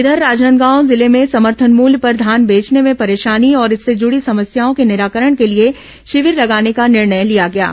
इधर राजनांदगांव जिले में समर्थन मूल्य पर धान बेचने में परेशानी और इससे जुड़ी समस्याओं को निराकरण के लिए शिविर लगाने का निर्णय लिया गया है